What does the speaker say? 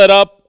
up